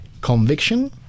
conviction